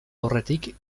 aurretik